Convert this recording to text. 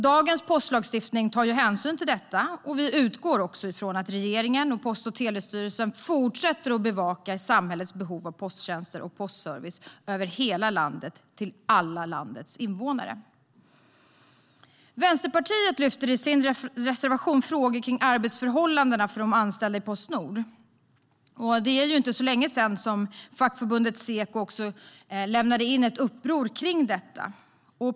Dagens postlagstiftning tar hänsyn till detta, och vi utgår också ifrån att regeringen och Post och telestyrelsen fortsätter att bevaka samhällets behov av posttjänster och postservice över hela landet, till alla landets invånare. Vänsterpartiet lyfter i sin reservation fram frågor om arbetsförhållandena för de anställda i Postnord. Det är inte så länge sedan fackförbundet Seko lämnade in ett upprop om detta.